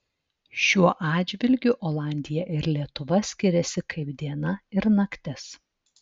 šiuo atžvilgiu olandija ir lietuva skiriasi kaip diena ir naktis